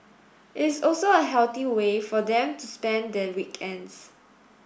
it is also a healthy way for them to spend their weekends